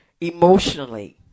emotionally